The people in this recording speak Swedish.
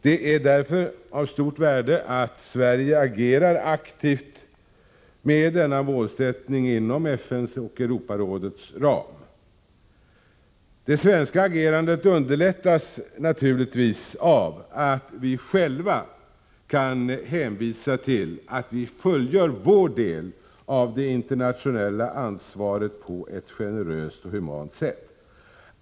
Det är därför av stort värde att Sverige agerar aktivt i denna målsättning inom FN:s och Europarådets ram. Det svenska agerandet underlättas naturligtvis av att vi själva kan hänvisa till att vi fullgör vår del av det internationella ansvaret på ett generöst och humant sätt.